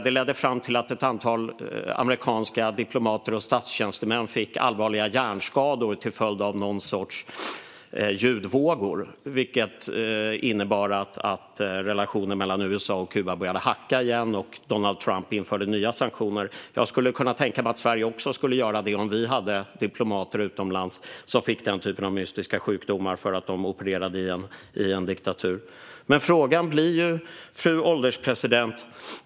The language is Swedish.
Det ledde fram till att ett antal amerikanska diplomater och statstjänstemän fick allvarliga hjärnskador till följd av någon sorts ljudvågor, vilket innebar att relationen mellan USA och Kuba började hacka igen och att Donald Trump införde nya sanktioner. Jag skulle kunna tänka mig att också Sverige skulle göra det om vi hade diplomater utomlands som fick den typen av mystiska sjukdomar därför att de opererade i en diktatur. Fru ålderspresident!